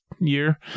year